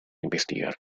investigar